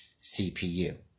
CPU